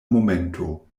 momento